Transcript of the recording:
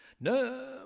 No